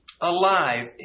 alive